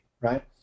right